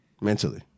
mentally